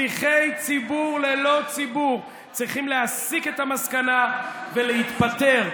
שליחי ציבור ללא ציבור צריכים להסיק את המסקנה ולהתפטר.